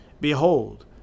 Behold